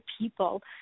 people